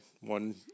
One